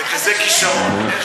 בכזה כישרון?